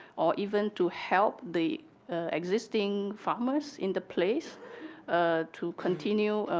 or even to help the existing farmers in the place to continue,